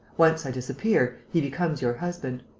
once i disappear, he becomes your husband.